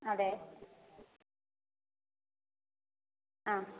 അതേ ആ